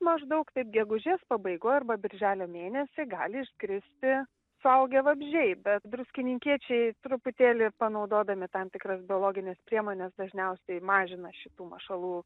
maždaug taip gegužės pabaigoj arba birželio mėnesį gali iškristi suaugę vabzdžiai bet druskininkiečiai truputėlį panaudodami tam tikras biologines priemones dažniausiai mažina šitų mašalų